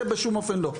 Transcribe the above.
זה בשום אופן לא.